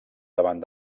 davant